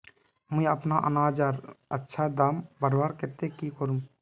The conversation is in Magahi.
मुई अपना अनाज लार अच्छा दाम बढ़वार केते की करूम?